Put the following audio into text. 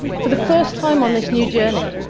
for the first time on this new journey,